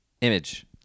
image